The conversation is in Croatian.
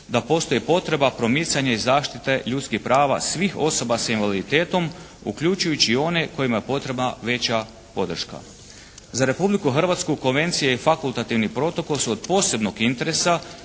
da postoji potreba promicanja i zaštita ljudskih prava svih osoba s invaliditetom uključujući i one kojima je potrebne veća podrška. Za Republiku Hrvatsku konvencija i fakultativni protokol su od posebnog interesa